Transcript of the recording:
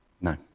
No